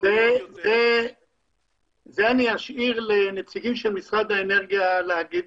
זה אשאיר לנציגים של משרד האנרגיה לומר,